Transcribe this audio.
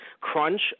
crunch